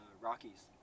Rockies